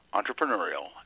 Entrepreneurial